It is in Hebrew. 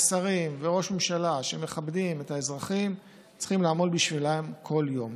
שרים וראש ממשלה שמכבדים את האזרחים צריכים לעמול בשבילם כל יום,